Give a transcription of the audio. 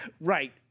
Right